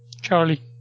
Charlie